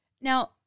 Now